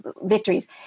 victories